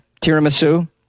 Tiramisu